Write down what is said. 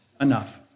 enough